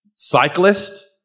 cyclist